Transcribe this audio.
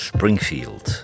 Springfield